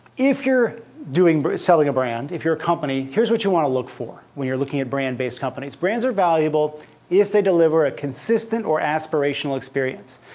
if you're but selling a brand, if you're a company, here's what you want to look for when you're looking at brand-based companies. brands are valuable if they deliver a consistent or aspirational experience.